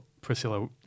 Priscilla